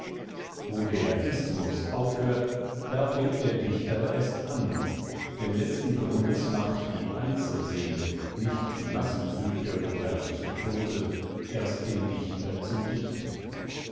wo der ismus aufhört da fängt der dichter erst an denn letzten grundes macht die einzelseele nicht die massenpsyche oder psychose erst den dichter zum dichter